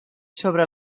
sobre